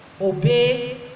obey